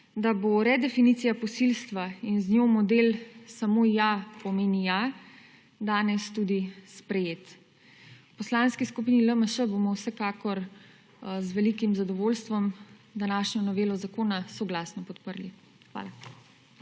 da bo redefinicija posilstva in z njo model samo ja pomeni ja danes tudi sprejet. V Poslanski skupini LMŠ bomo vsekakor z velikim zadovoljstvom današnjo novelo zakona soglasno podprli. Hvala.